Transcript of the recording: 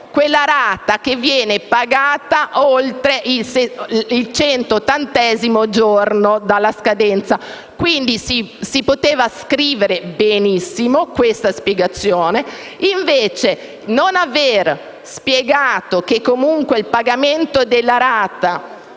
quella rata che viene pagata oltre il centottantesimo giorno dalla scadenza, quindi si poteva scrivere benissimo questa spiegazione; invece non avere spiegato che comunque il pagamento della rata